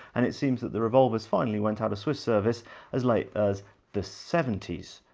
and it seems that the revolvers finally went out of swiss service as late as the seventy s,